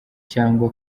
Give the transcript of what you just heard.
cyangwa